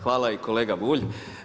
Hvala i kolega Bulj.